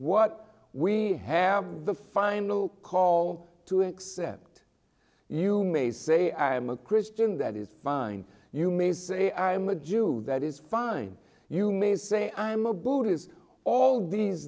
what we have the final call to accept you may say i am a christian that is fine you may say i am a jew that is fine you may say i am a buddhist all these